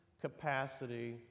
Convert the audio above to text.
capacity